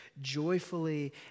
joyfully